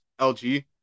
LG